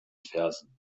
fersen